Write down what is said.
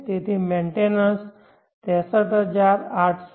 તેથી મેન્ટેનન્સ 63851